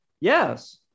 yes